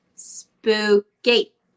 spooky